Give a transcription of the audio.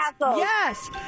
Yes